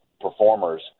performers